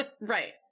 Right